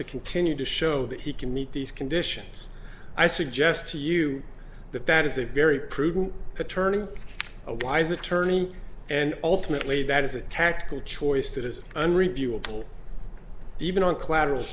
to continue to show that he can meet these conditions i suggest to you that that is a very prudent paternity a wise attorney and ultimately that is a tactical choice that is unreviewable even on collateral